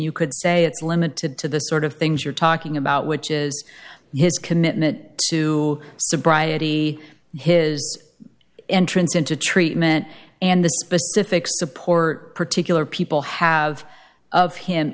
you could say it's limited to the sort of things you're talking about which is his commitment to sobriety his entrance into treatment and the specific support particular people have of him